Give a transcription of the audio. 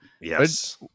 Yes